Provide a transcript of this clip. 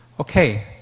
Okay